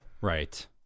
Right